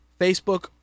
Facebook